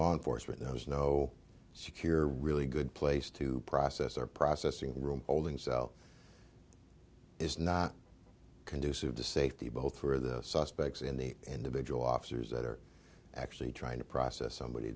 law enforcement there was no secure really good place to process our processing room holding cell is not conducive to safety both for the suspects in the individual officers that are actually trying to process somebody